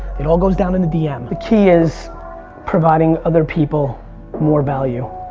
it all goes down in the dm. the key is providing other people more value.